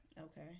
Okay